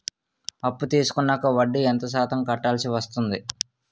అప్పు తీసుకున్నాక వడ్డీ ఎంత శాతం కట్టవల్సి వస్తుంది?